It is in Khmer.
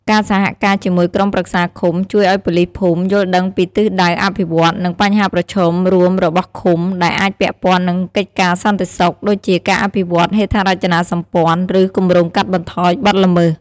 ការសហការជាមួយក្រុមប្រឹក្សាឃុំ ជួយឱ្យប៉ូលីសភូមិ យល់ដឹងពីទិសដៅអភិវឌ្ឍន៍ និង បញ្ហាប្រឈមរួមរបស់ឃុំ ដែលអាចពាក់ព័ន្ធនឹងកិច្ចការសន្តិសុខ ដូចជាការអភិវឌ្ឍហេដ្ឋារចនាសម្ព័ន្ធ ឬគម្រោងកាត់បន្ថយបទល្មើស។